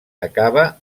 acaba